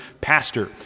pastor